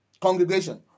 congregation